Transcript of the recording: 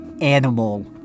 animal